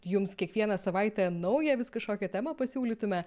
jums kiekvieną savaitę naują vis kažkokią temą pasiūlytume